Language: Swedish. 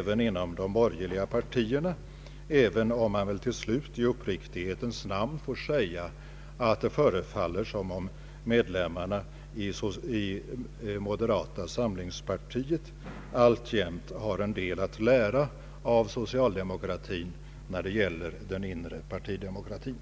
också inom de borgerliga partierna, även om man till slut i uppriktighetens namn måste säga att det förefaller som om medlemmarna i moderata samlingspartiet alltjämt har en del att lära av socialdemokratin när det gäller den inre partidemokratin.